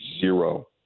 zero